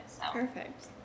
perfect